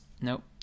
Nope